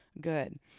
good